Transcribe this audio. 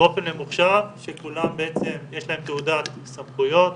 באופן ממוחשב שלכולם יש תעודת סמכויות,